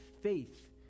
faith